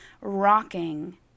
rocking